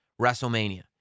WrestleMania